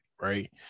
right